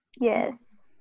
Yes